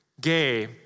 gay